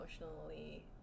emotionally